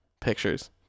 pictures